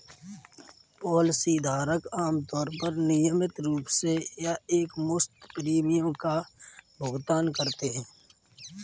policy धारक आमतौर पर नियमित रूप से या एकमुश्त प्रीमियम का भुगतान करता है